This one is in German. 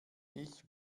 ich